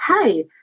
hey